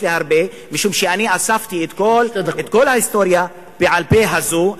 משום שאני אספתי את כל ההיסטוריה בעל-פה הזו,